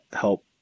help